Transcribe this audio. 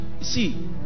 see